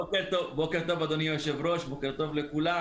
בוקר טוב, אדוני היושב-ראש, בוקר טוב לכולם.